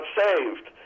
saved